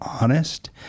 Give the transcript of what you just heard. honest